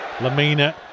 Lamina